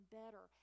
better